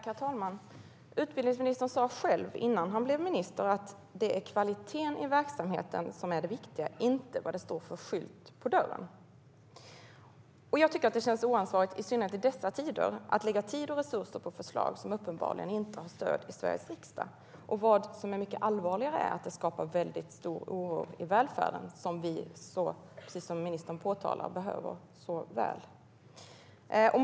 Herr talman! Innan utbildningsministern blev minister sa han att det är kvaliteten i verksamheten som är det viktiga, inte vad det står för skylt på dörren. I synnerhet i dessa tider känns det oansvarigt att lägga tid och resurser på förslag som inte har stöd i Sveriges riksdag. Ännu allvarligare är att det skapar stor oro i den välfärd som vi, precis som ministern påpekade, så väl behöver.